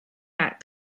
that